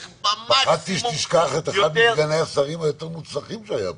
פחדתי שתשכח את אחד מסגני השרים היותר מוצלחים שהיו פה...